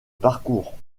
parcours